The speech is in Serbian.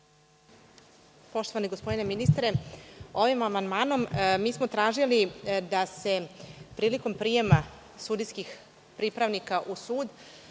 Poštovani gospodine ministre, ovim amandmanom mi smo tražili da se prilikom prijema sudijskih pripravnika u sud